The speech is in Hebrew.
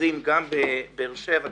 המחוזיים גם בבאר שבע,